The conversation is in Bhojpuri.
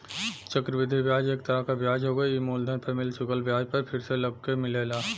चक्र वृद्धि ब्याज एक तरह क ब्याज हउवे ई मूलधन पर मिल चुकल ब्याज पर फिर से लगके मिलेला